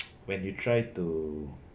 when you try to